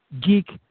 geek